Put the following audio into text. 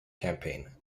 campaign